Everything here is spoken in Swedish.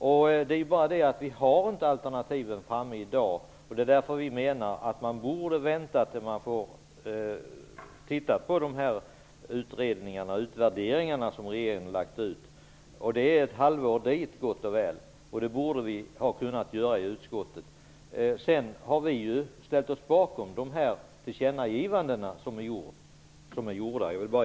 Men den har i dag inte alternativen framme, och vi menar därför att man borde vänta tills man har fått se de utredningar och utvärderingar som regeringen har igångsatt. Det är gott och väl ett halvår fram till dess, och utskottet borde kunna vänta på detta. Jag vill också bara erinra om att vi har ställt oss bakom de tillkännagivanden som är gjorda.